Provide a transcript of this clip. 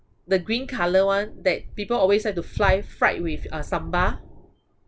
the green colour one that people always like to fly fried with uh sambal